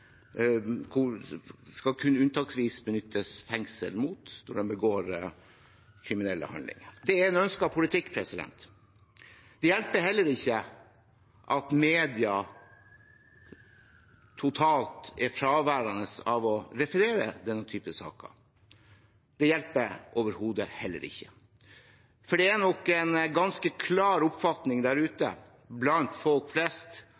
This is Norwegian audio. kun unntaksvis benyttes fengsel når de begår kriminelle handlinger. Det er en ønsket politikk. Det hjelper heller ikke at media er totalt fraværende til å referere denne typen saker. Det hjelper ikke overhodet. Det er nok en ganske klar oppfatning ute blant folk flest,